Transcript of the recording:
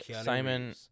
Simon